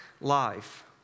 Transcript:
life